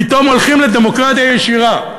פתאום הולכים לדמוקרטיה ישירה.